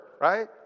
right